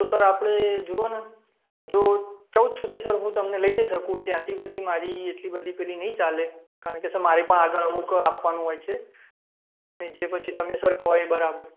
તો સર આપણે જુઓને જો ચૌદ સુધી સર હું તમને લઈ જઈ શકું ત્યાંથી પછી મારી એટલી બધી પેલી નહીં ચાલે કારણકે સર મારે પણ આગળ અમુક આપવાનું હોય છે જે પછી તમે સર કહો એ બરાબર